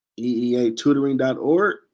EEATutoring.org